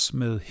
med